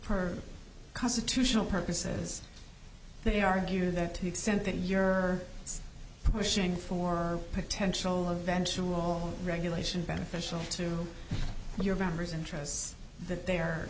her constitutional purposes they argue that to the extent that you are pushing for potential eventual regulation beneficial to your members interests that they